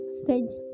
stage